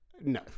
No